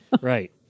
Right